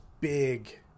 big